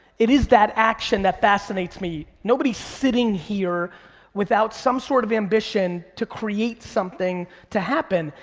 it is that action that fascinates me. nobody's sitting here without some sort of ambition to create something to happen.